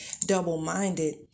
double-minded